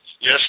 Yes